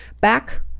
back